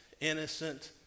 innocent